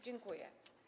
Dziękuję.